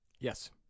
Yes